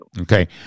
Okay